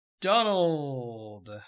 Donald